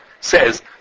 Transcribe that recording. says